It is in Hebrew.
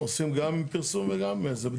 עודים גם פרסום וגם זה.